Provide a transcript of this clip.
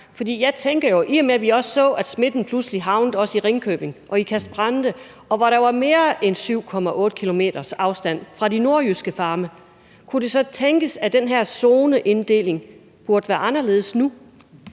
en gang? I og med at vi så, at smitten pludselig også var i Ringkøbing og i Ikast-Brande, hvor der er mere end 7,8 km's afstand til de nordjyske farme, kunne det så tænkes, at den her zoneinddeling burde være anderledes nu?